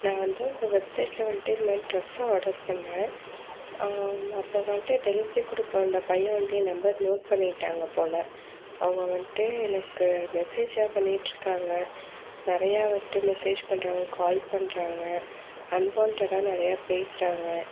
நான் வந்து உங்கள் வெப்சைட்டில் வந்துட்டு இதுமாரி ட்ரெஸ் ஆர்டர் பண்ணேன் அப்போது வந்துட்டு டெலிவரி கொடுக்க வந்த பையன் வந்து என் நம்பர் நோட் பண்ணிக்கிட்டாங்க போல் அவங்க வந்துட்டு எனக்கு மெசேஜா பண்ணிக்கிட்டிருக்காங்க நிறையா வந்துட்டு மெசேஜ் பண்றாங்க கால் பண்றாங்க அன்வான்ட்டடாக நிறையா பேசுகிறாங்க